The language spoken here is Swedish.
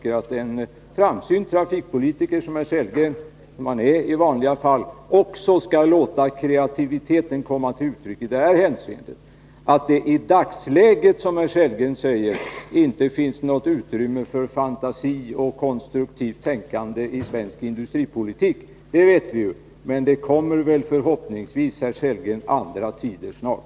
En framsynt trafikpolitiker, som Rolf Sellgren i vanliga fall är, bör låta kreativiteten komma till uttryck också i detta hänseende. Att det i dagsläget, som herr Sellgren säger, inte finns något utrymme för fantasi och konstruktivt tänkande i svensk industripolitik, det vet vi ju. Men det kommer väl förhoppningsvis, herr Sellgren, andra tider snart.